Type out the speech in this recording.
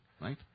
right